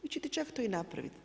Vi ćete čak to i napraviti.